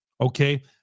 Okay